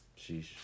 Sheesh